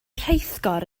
rheithgor